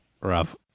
Rough